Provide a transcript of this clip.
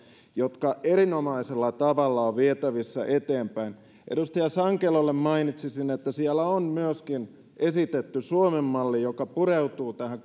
jotka erinomaisella tavalla ovat vietävissä eteenpäin edustaja sankelolle mainitsisin että siellä on myöskin esitetty suomen mallia joka pureutuu tähän